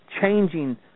changing